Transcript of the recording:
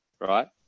right